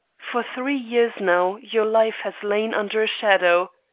for three years now your life has lain under a shadow.